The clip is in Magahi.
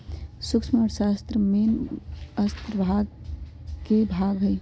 सूक्ष्म अर्थशास्त्र मेन अर्थशास्त्र के भाग हई